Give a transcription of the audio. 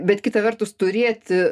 bet kita vertus turėti